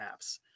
apps